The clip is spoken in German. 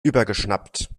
übergeschnappt